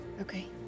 Okay